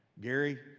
Gary